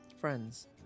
Friends